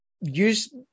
use